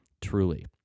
truly